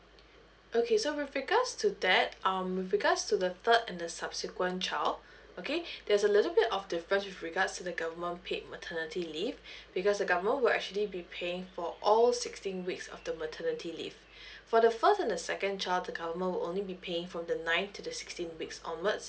okay so with regards to that um with regards to the third and the subsequent child okay there's a little bit of difference with regards to the government paid maternity leave because the government will actually be paying for all sixteen weeks of the maternity leave for the first and the second child the government will only be paying from the ninth to the sixteen weeks onwards